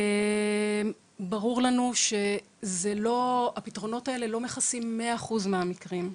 ברור לנו שהפתרונות לא מכסים 100% מהמקרים.